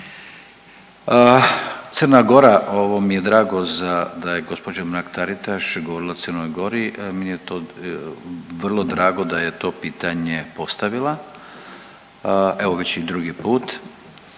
Crna Gora, ovo mi je drago za da je gđa. Mrak-Taritaš govorila o Crnoj Gori, meni je to vrlo drago da je to pitanje postavila, evo već i drugi put